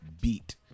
beat